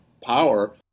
power